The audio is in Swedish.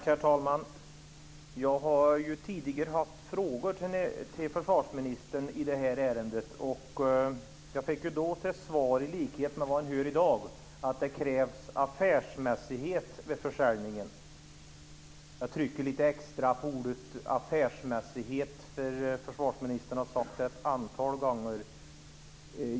Herr talman! Jag har tidigare ställt frågor till försvarsministern i det här ärendet. Jag har fått till svar, i likhet med vad som sägs i dag, att det krävs affärsmässighet vid försäljningen. Jag trycker lite extra på ordet affärsmässighet, för försvarsministern har använt det ett antal gånger.